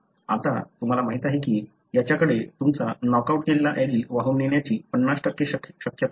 आता तुम्हाला माहीत आहे की याच्याकडे तुमचा नॉकआउट केलेला ऍलील वाहून नेण्याची 50 शक्यता आहे